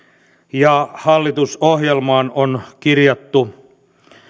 ja hallitusohjelmaan on kirjattu